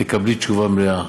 תקבלי תשובה מלאה.